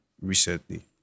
recently